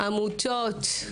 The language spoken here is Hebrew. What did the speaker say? עמותות,